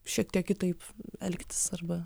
šiek tiek kitaip elgtis arba